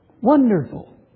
Wonderful